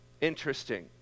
Interesting